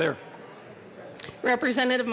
their representative